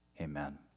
Amen